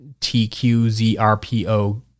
TQZRPO